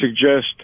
suggest